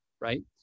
right